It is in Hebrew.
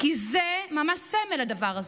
כי זה ממש סמל, הדבר הזה: